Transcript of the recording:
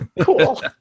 Cool